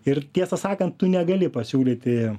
ir tiesą sakant tu negali pasiūlyti